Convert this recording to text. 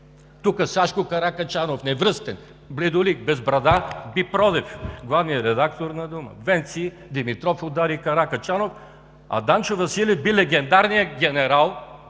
Тук Сашко Каракачанов – невръстен, бледолик, без брада, би Продев – главния редактор на „Дума“. Венци Димитров удари Каракачанов, а Данчо Василев би легендарния генерал